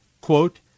quote